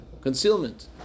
concealment